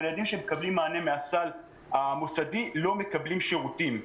אבל הילדים שמקבלים מענה מהסל המוסדי לא מקבלים שירותים,